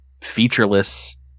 featureless